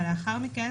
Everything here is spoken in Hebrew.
אבל לאחר מכן,